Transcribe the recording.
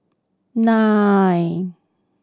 nine